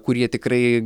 kurie tikrai